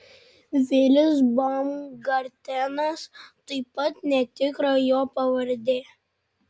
vilis baumgartenas taip pat netikra jo pavardė